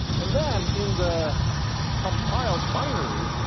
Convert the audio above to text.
and then in the compiled binary,